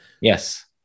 Yes